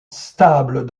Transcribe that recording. stable